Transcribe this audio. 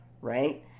right